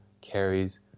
carries